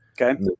Okay